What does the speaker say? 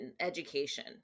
education